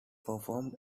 performed